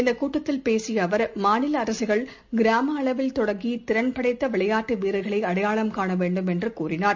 இந்தக் கூட்டத்தில் பேசியஅவர் மாநிலஅரசுகள் கிராமஅளவில் தொடங்கிதிறன் படைத்தவிளையாட்டுவீரர்களைஅடையாளம் காணவேண்டும் என்றுகூறினார்